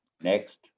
Next